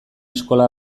eskola